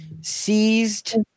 seized